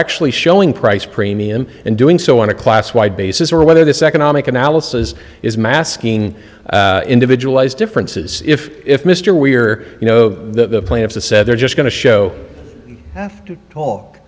actually showing price premium and doing so on a class wide basis or whether this economic analysis is masking individualize differences if if mr weir you know the play of the said they're just going to show after talk